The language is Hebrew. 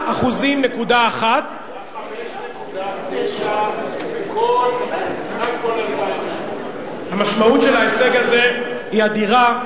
6.1%. היה 5.9% כמעט בכל 2008. המשמעות של ההישג הזה היא אדירה.